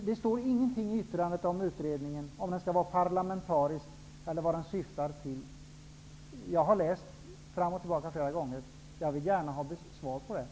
Det står ingenting i yttrandet om utredningen skall vara parlamentarisk eller vad den skall syfta till. Jag har läst det flera gånger. Jag vill gärna ha besked om detta.